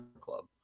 club